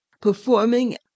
performing